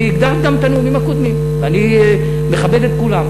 והקדמת גם את הנאומים הקודמים, ואני מכבד את כולם.